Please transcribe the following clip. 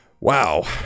Wow